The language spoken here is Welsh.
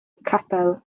capel